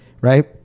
right